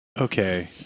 Okay